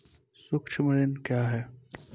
सुक्ष्म ऋण क्या हैं?